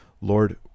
Lord